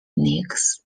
nix